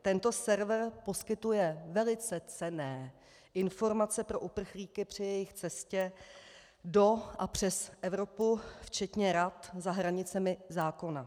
Tento server poskytuje velice cenné informace pro uprchlíky při jejich cestě do a přes Evropu včetně rad za hranicemi zákona.